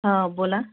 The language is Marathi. हा बोला